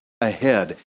ahead